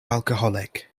alcoholic